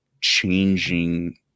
changing